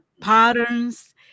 patterns